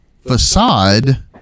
facade